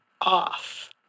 off